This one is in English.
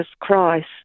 Christ